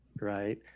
right